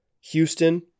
Houston